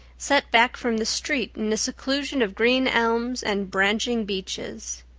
set back from the street in a seclusion of green elms and branching beeches.